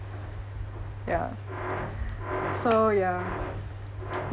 ya so ya